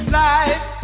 life